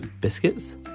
biscuits